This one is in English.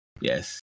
Yes